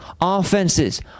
offenses